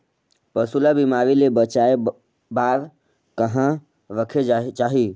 पशु ला बिमारी ले बचाय बार कहा रखे चाही?